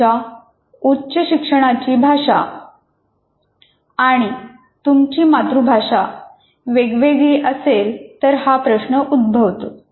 तुमच्या उच्च शिक्षणाची भाषा आणि तुमची मातृभाषा वेगवेगळे असेल तर हा प्रश्न उद्भवतो